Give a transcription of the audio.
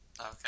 Okay